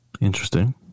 Interesting